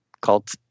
called